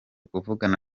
kuvugana